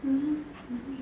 mmhmm